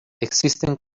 existen